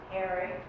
Harry